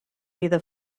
either